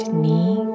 knee